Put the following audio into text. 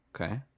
Okay